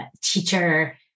teacher